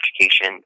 education